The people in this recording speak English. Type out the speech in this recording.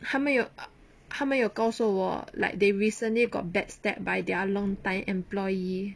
他们有他们有告诉我 like they recently got back stab by their long time employee